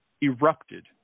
erupted